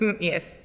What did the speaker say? Yes